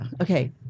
Okay